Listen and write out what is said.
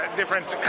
different